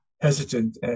hesitant